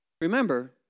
Remember